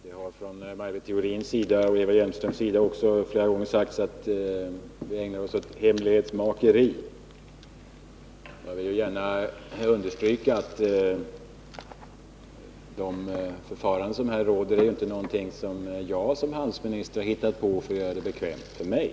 Fru talman! Maj Britt Theorin och Eva Hjelmström har flera gånger sagt att vi ägnar oss åt hemlighetsmakeri. Jag vill gärna understryka att de förfaranden som tillämpas på det här området inte är någonting som jag såsom handelsminister har hittat på för att göra det bekvämt för mig.